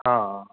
ਹਾਂ